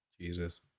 Jesus